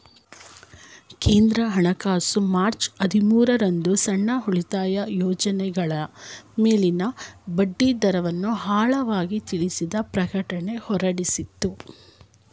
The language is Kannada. ಕೇಂದ್ರ ಹಣಕಾಸು ಮಾರ್ಚ್ ಹದಿಮೂರು ರಂದು ಸಣ್ಣ ಉಳಿತಾಯ ಯೋಜ್ನಗಳ ಮೇಲಿನ ಬಡ್ಡಿದರವನ್ನು ಆಳವಾಗಿ ತಿಳಿಸಿದ ಪ್ರಕಟಣೆ ಹೊರಡಿಸಿತ್ತು